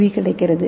we கிடைக்கிறது